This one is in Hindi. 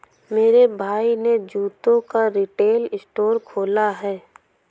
मेरे भाई ने जूतों का रिटेल स्टोर खोला है